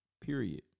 period